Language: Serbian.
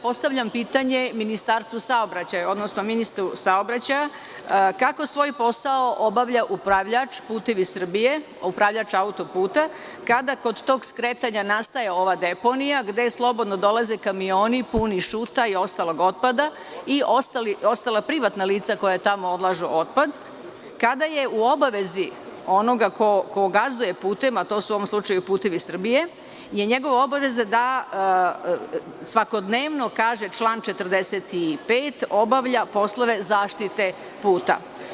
Postavljam pitanje Ministarstvu saobraćaja, odnosno ministru saobraćaja, kako svoj posao obavlja upravljač „Putevi Srbije“, upravljač autoputa kada kod tog skretanja nastaje ova deponija gde slobodno dolaze kamioni puni šuta i ostalog otpada i ostala privatna lica koja tamo odlažu otpad, kada je u obavezi onoga ko gazduje putevima, a to su u ovom slučaju „Putevi Srbije“, njegova je obaveza da svakodnevno, kaže član 45, obavlja poslove zaštite puta?